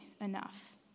enough